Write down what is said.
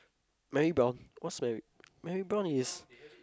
Mary-Brown what's Mary Mary-Brown is